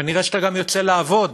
כנראה אתה גם יוצא לעבוד.